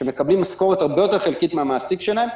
שמקבלים משכורת הרבה יותר חלקית מהמעסיק שלהם,